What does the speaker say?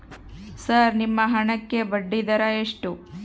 Sir ನಿಮ್ಮ ಹಣಕ್ಕೆ ಬಡ್ಡಿದರ ಎಷ್ಟು?